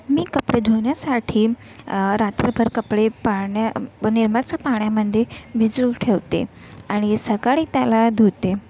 मी कपडे धुण्यासाठी रात्रभर कपडे पाण्या निरमाच्या पाण्यामध्ये भिजून ठेवते आणि सकाळी त्याला धुते